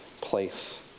place